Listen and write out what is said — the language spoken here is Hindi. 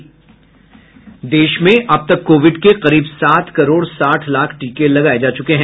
देश में अब तक कोविड के करीब सात करोड साठ लाख टीके लगाय जा चुके हैं